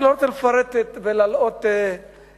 אני לא רוצה לפרט ולהלאות את השר,